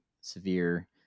severe